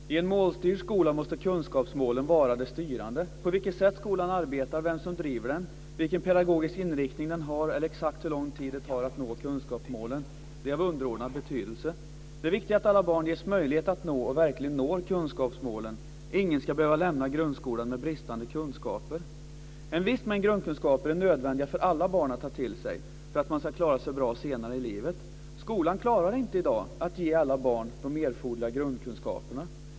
Fru talman! I en målstyrd skola måste kunskapsmålen vara det styrande. På vilket sätt skolan arbetar, vem som driver den, vilken pedagogisk inriktning den har eller exakt hur lång tid det tar att nå kunskapsmålen är av underordnad betydelse. Det viktiga är att alla barn ges möjlighet att nå och att de verkligen når kunskapsmålen. Ingen ska behöva lämna grundskolan med bristande kunskaper. Men visst, grundkunskaper är nödvändiga för alla barn att ta till sig för att man ska klara sig bra senare i livet. Skolan klarar inte i dag att ge alla barn de erforderliga grundkunskaperna.